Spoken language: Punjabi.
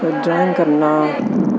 ਡਰਾਇੰਗ ਕਰਨਾ